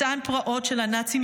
אותן פרעות של הנאצים,